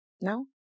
No